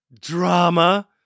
drama